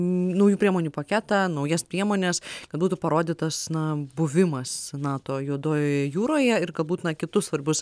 naujų priemonių paketą naujas priemones kad būtų parodytas na buvimas nato juodojoje jūroje ir kad būtina kitus svarbius